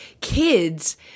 kids